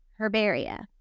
herbaria